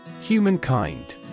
Humankind